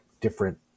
different